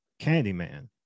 Candyman